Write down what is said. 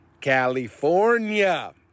California